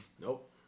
Nope